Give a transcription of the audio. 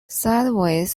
sideways